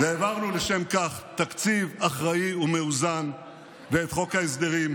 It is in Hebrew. לשם כך העברנו תקציב אחראי ומאוזן ואת חוק ההסדרים,